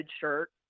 shirt